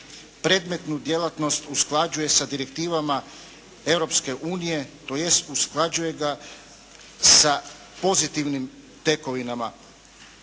predmetnu djelatnost usklađuje sa direktivama Europske unije, tj. usklađuje ga sa pozitivnim tekovinama.